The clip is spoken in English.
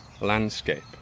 landscape